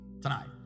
tonight